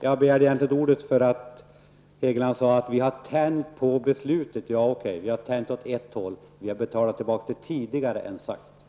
Jag begärde ordet för att Hegeland sade att vi har tänjt på beslutet. Okej, vi har tänjt åt ett håll: Vi har betalat tillbaka det tidigare än vad som var sagt.